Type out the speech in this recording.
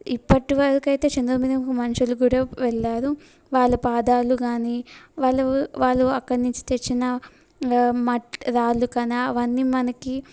ఇప్పటి వరకైతే చంద్రుని మీదకు మనుషులు కూడా వెళ్ళారు వాళ్ళు పాదాలు కానీ వాళ్ళు వాళ్ళు ఆక్కడి నుంచి తెచ్చిన మట్టి రాళ్ళు కానీ అవన్నీ మనకి